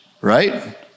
right